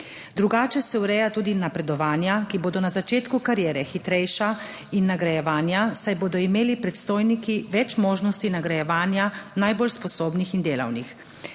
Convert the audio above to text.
Drugače se ureja tudi napredovanja, ki bodo na začetku kariere hitrejša, in nagrajevanja, saj bodo imeli predstojniki več možnosti nagrajevanja najbolj sposobnih in delovnih